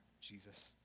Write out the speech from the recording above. Jesus